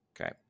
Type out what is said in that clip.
Okay